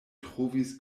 trovis